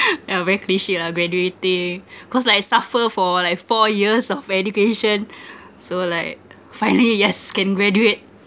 yeah very cliche lah graduating cause like suffer for like four years of education so like finally yes can graduate